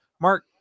Mark